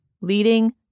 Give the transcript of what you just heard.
leading